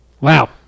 Wow